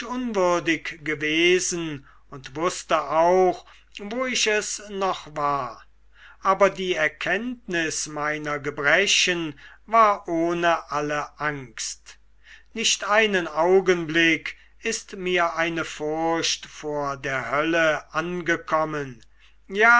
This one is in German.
unwürdig gewesen und wußte auch wo ich es noch war aber die erkenntnis meiner gebrechen war ohne alle angst nicht einen augenblick ist mir eine furcht vor der hölle angekommen